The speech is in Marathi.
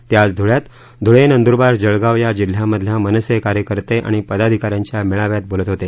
ते आज धुळ्यात धुळे नंदुरबार जळगाव या जिल्ह्यांमधल्या मनसे कार्यकर्ते आणि पदाधिकाऱ्यांच्या मेळाव्यात बोलत होते